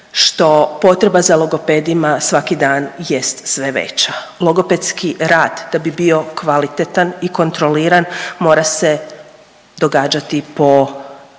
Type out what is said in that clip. što potreba za logopedima svaki dan jest sve veća. Logopedski rad da bi bio kvalitetan i kontroliran mora se događati po